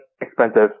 Expensive